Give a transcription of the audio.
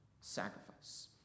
sacrifice